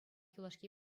юлашки